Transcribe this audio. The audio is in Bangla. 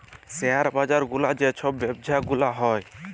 শেয়ার বাজার গুলার যে ছব ব্যবছা গুলা হ্যয়